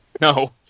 No